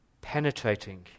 Penetrating